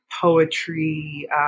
poetry